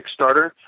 Kickstarter